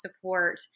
support